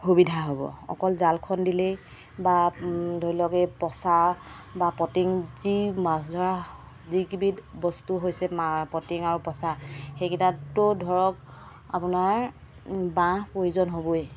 সুবিধা হ'ব অকল জালখন দিলেই বা ধৰি লওক এই পঁচা বা পটিং যি মাছ ধৰা যি কেইবিধ বস্তু হৈছো পটিং আৰু পঁচা সেইকেইটতো ধৰক আপোনাৰ বাঁহ প্ৰয়োজন হ'বই